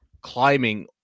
climbing